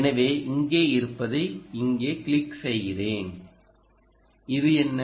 எனவே இங்கே இருப்பதை இங்கே கிளிக் செய்கிறேன் இது என்ன